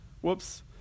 whoops